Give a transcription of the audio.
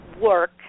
work